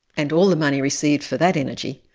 and all the money received for that energy,